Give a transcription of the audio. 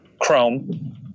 Chrome